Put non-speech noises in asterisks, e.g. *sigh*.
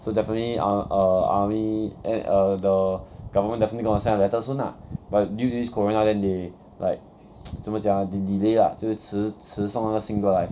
so definitely ah err army at err the government gonna send a letter soon lah but due to this corona then they like *noise* 怎么讲 they delay lah 就迟迟送那个信过来